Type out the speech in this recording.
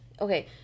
Okay